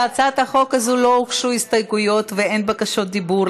להצעת החוק הזאת לא הוגשו הסתייגויות ואין בקשות דיבור,